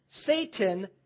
Satan